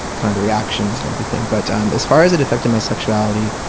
kind of reactions and everything. but um as far as it affected my sexuality,